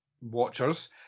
Watchers